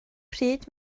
pryd